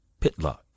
Pitlock